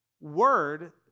word